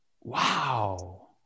Wow